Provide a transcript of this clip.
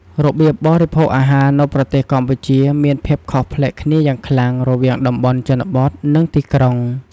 របៀបបរិភោគអាហារនៅប្រទេសកម្ពុជាមានភាពខុសប្លែកគ្នាយ៉ាងខ្លាំងរវាងតំបន់ជនបទ និងទីក្រុង ។